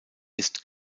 ist